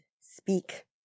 speak